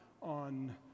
on